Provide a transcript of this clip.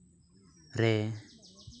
ᱨᱮ